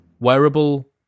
wearable